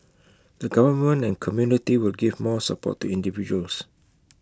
the government and community will give more support to individuals